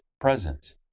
presence